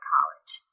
College